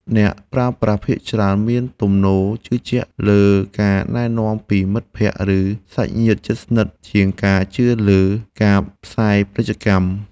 អ្នកប្រើប្រាស់ភាគច្រើនមានទំនោរជឿជាក់លើការណែនាំពីមិត្តភក្តិឬសាច់ញាតិជិតស្និទ្ធជាងការជឿលើការផ្សាយពាណិជ្ជកម្ម។